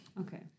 okay